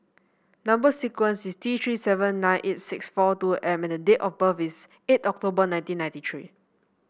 number sequence is T Three seven nine eight six four two M and date of birth is eight October nineteen ninety three